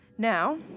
Now